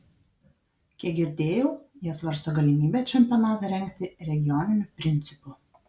kiek girdėjau jie svarsto galimybę čempionatą rengti regioniniu principu